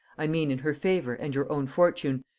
i mean in her favor and your own fortune,